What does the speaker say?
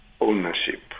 ownership